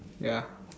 ya